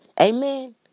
Amen